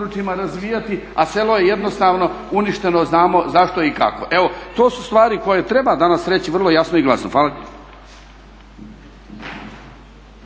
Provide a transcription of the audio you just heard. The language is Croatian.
razvijati a selo je jednostavno uništeno, znamo zašto i kako. Evo, to su stvari koje treba danas reći vrlo jasno i glasno.